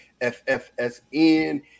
FFSN